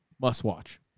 Must-watch